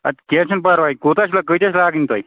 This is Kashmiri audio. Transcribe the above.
اَدٕ کیٚنٛہہ چھُنہٕ پَرواے کوٗتاہ چھِ کۭتیاہ چھِ لاگٕنۍ تۄہہِ